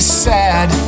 sad